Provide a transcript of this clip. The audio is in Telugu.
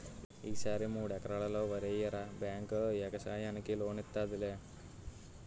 ఈ సారి మూడెకరల్లో వరెయ్యరా బేంకు యెగసాయానికి లోనిత్తాదిలే